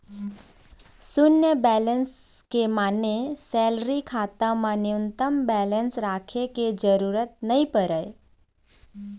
सून्य बेलेंस के माने सेलरी खाता म न्यूनतम बेलेंस राखे के जरूरत नइ परय